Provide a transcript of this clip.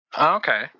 okay